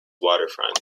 waterfront